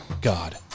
god